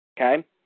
Okay